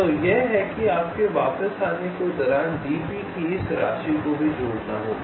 तो यह है कि आपके वापस आने के दौरान d के इस राशि को भी जोड़ना होगा